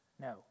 no